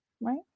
right